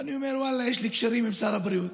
אני אומר: ואללה, יש לי קשרים עם שר הבריאות.